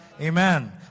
Amen